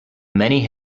many